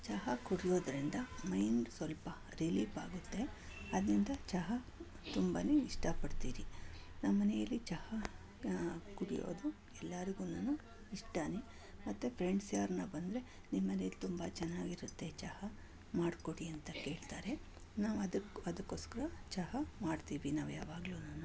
ಚಹಾ ಕುಡಿಯೋದರಿಂದ ಮೈಂಡ್ ಸ್ವಲ್ಪ ರಿಲೀಪಾಗುತ್ತೆ ಆದ್ದರಿಂದ ಚಹಾ ತುಂಬನೇ ಇಷ್ಟಪಡ್ತೀರಿ ನಮ್ಮನೆಯಲ್ಲಿ ಚಹಾನ ಕುಡಿಯೋದು ಎಲ್ಲಾರಿಗೂನು ಇಷ್ಟನೇ ಮತ್ತೆ ಫ್ರೆಂಡ್ಸ್ ಯಾರಾನ ಬಂದರೆ ನಿಮ್ಮನೇಲೆ ತುಂಬ ಚೆನ್ನಾಗಿರುತ್ತೆ ಚಹಾ ಮಾಡಿಕೊಡಿ ಅಂತ ಹೇಳ್ತಾರೆ ನಾವು ಅದಕ್ಕೆ ಅದಕ್ಕೋಸ್ಕರ ಚಹಾ ಮಾಡ್ತೀವಿ ನಾವು ಯಾವಾಗ್ಲೂನು